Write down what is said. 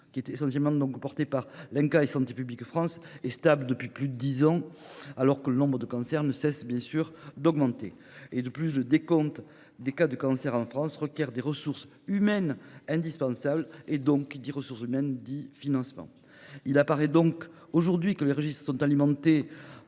porté essentiellement par l'INCa et Santé publique France, est stable depuis plus de dix ans, alors que le nombre de cancers ne cesse d'augmenter. De plus, le décompte des cas de cancer en France requiert des ressources humaines. Or qui dit ressources humaines dit financement. Il apparaît que les registres sont alimentés